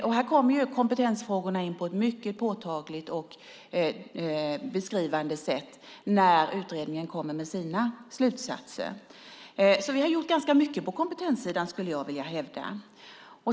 Kompetensfrågorna kommer in på ett mycket påtagligt och beskrivande sätt när utredningen kommer med sina slutsatser. Så vi har gjort ganska mycket på kompetenssidan skulle jag vilja hävda.